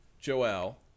Joel